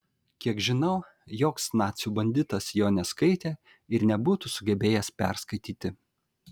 kiek žinau joks nacių banditas jo neskaitė ir nebūtų sugebėjęs perskaityti